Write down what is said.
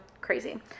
crazy